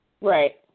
Right